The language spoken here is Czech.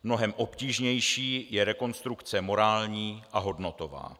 Mnohem obtížnější je rekonstrukce morální a hodnotová.